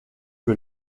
que